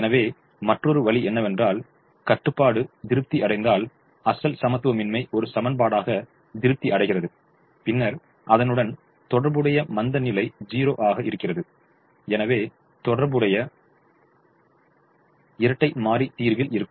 எனவே மற்றொரு வழி என்னவென்றால் கட்டுப்பாடு திருப்தி அடைந்ததால் அசல் சமத்துவமின்மை ஒரு சமன்பாடாக திருப்தி அடைகிறது பின்னர் அதனுடன் தொடர்புடைய மந்தநிலை 0 ஆக இருக்கிறது எனவே தொடர்புடைய இரட்டை மாறி தீர்வில் இருக்கும்